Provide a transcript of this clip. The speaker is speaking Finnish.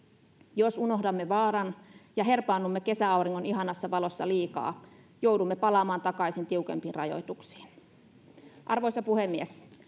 jos unohdamme vaaran ja herpaannumme kesäauringon ihanassa valossa liikaa joudumme palaamaan takaisin tiukempiin rajoituksiin arvoisa puhemies